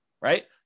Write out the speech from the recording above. right